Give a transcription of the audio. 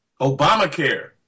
Obamacare